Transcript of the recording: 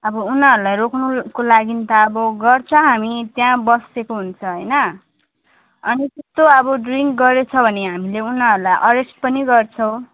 अब उनीहरूलाई रोक्नुको लागि त अब गर्छ हामी त्यहाँ बसेको हुन्छ होइन अनि त्यस्तो अब ड्रिङ्क गरेको छ भने हामीले उनीहरूलाई एरेस्ट पनि गर्छौँ